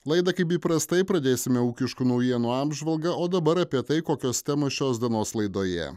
laidą kaip įprastai pradėsime ūkiškų naujienų apžvalga o dabar apie tai kokios temos šios dienos laidoje